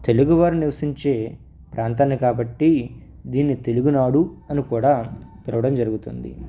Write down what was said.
తెలుగువారు నివసించే ప్రాంతాన్ని కాబట్టి దీన్ని తెలుగునాడు అని కూడా పిలవడం జరుగుతుంది